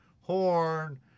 horn